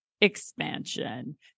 expansion